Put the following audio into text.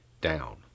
down